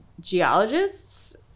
geologists